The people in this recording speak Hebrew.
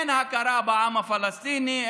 אין הכרה בעם הפלסטיני,